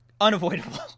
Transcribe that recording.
unavoidable